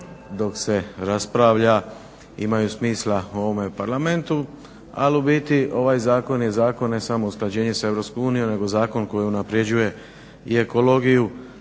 dok se raspravlja imaju smisla ovome parlamentu ali u biti ovaj zakon je zakon ne samo usklađenje s EU nego zakon koji unapređuje i ekologiju